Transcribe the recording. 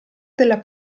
della